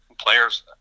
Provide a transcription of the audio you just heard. players